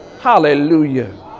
Hallelujah